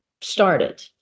started